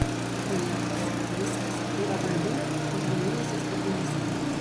konjakas viskis yra brandinami ąžuolinėse statinėse